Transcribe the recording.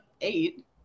eight